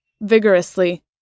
Vigorously